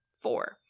Four